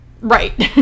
Right